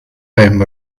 beim